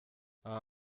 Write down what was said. aha